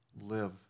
live